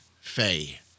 Faye